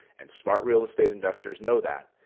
and smart real estate investors know that,